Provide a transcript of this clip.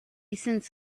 cents